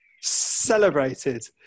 celebrated